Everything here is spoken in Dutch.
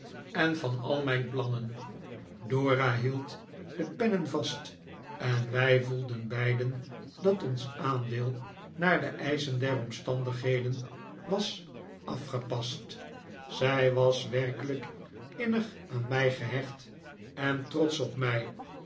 en van al mijn plannen dora hield de pennen vast en wij voelden beiden dat ons aandeel naar de eischen der omstandigheden was afgepast zij was werkelijk innig aan mij gehecht en trotsch op mij